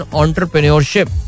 entrepreneurship